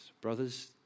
Brothers